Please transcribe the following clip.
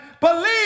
believe